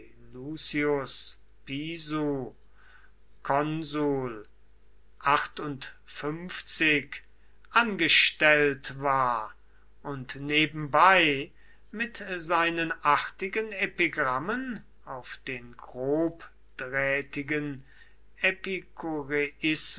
angestellt war und nebenbei mit seinen artigen epigrammen auf den grobdrähtigen